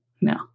No